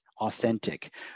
authentic